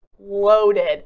Loaded